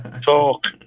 talk